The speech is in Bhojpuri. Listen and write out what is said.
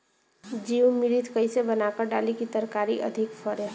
जीवमृत कईसे बनाकर डाली की तरकरी अधिक फरे?